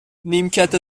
نیمکت